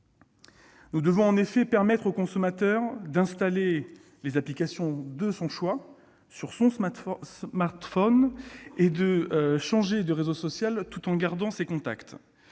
Nous devons en effet permettre au consommateur d'installer les applications de son choix sur son smartphone et de changer de réseau social tout en gardant ses contacts.